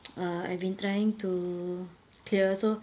err I've been trying to clear so